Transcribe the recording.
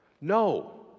No